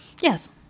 Yes